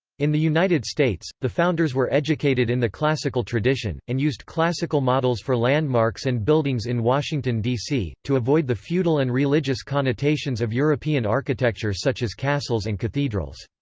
in the united states, the founders were educated in the classical tradition, and used classical models for landmarks and buildings in washington, d c, to avoid the feudal and religious connotations of european architecture such as castles and cathedrals.